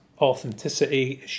authenticity